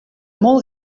molt